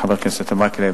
ולחבר הכנסת מקלב